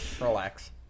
Relax